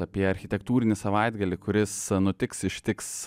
apie architektūrinį savaitgalį kuris nutiks ištiks